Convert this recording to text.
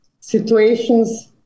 situations